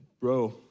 bro